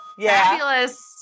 fabulous